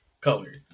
color